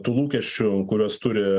tų lūkesčių kuriuos turi